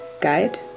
Guide